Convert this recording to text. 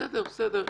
בסדר,